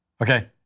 okay